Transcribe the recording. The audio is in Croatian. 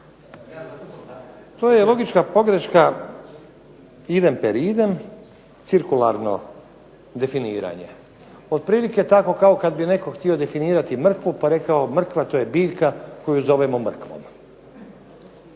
To je logička pogreška idem per idem cirkularno definiranje, otprilike tako kao kad bi netko htio definirati mrkvu, pa rekao mrkva to je biljka koju zovemo mrkvom.